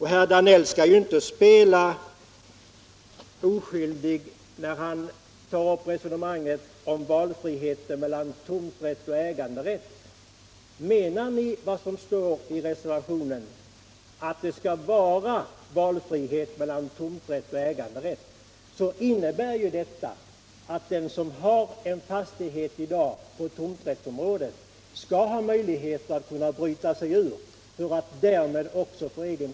Herr Danell skall inte spela oskyldig när han tar upp resonemanget om valfrihet mellan tomträtt och äganderätt. Menar ni vad som står i reservationen, nämligen att det skall vara valfrihet mellan tomträtt och äganderätt, innebär det att den som i dag har en fastighet på ett tomträttsområde skall ha möjlighet att bryta sig ut för att för egen del uppnå äganderätt.